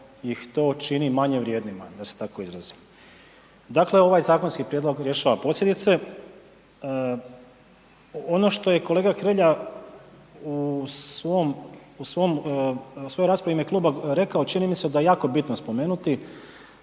ih to čini manje vrijednima, da se tako izrazim. Dakle, ovaj zakonski prijedlog rješava posljedice. Ono što je kolega Hrelja u svom, u svom, u svojoj raspravi u ime kluba rekao, čini mi se da je jako bitno spomenuti,